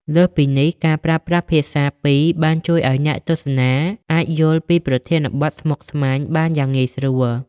លើសពីនេះ ការប្រើប្រាស់ភាសាពីរបានជួយឱ្យអ្នកទស្សនាអាចយល់ពីប្រធានបទស្មុគស្មាញបានយ៉ាងងាយស្រួល។